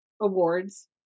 awards